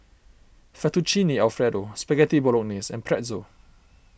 Fettuccine Alfredo Spaghetti Bolognese and Pretzel